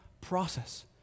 process